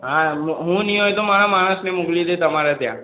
આ હું નહીં હોય તો મારા માણસને મોકલી દઇશ તમારે ત્યાં